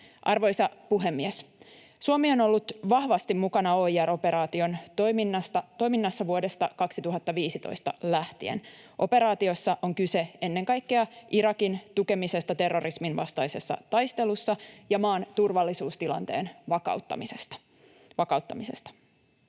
Arvoisa puhemies! Suomi on ollut vahvasti mukana OIR-operaation toiminnassa vuodesta 2015 lähtien. Operaatiossa on kyse ennen kaikkea Irakin tukemisesta terrorismin vastaisessa taistelussa ja maan turvallisuustilanteen vakauttamisesta.